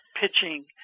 pitching